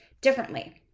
differently